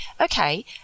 Okay